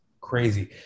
crazy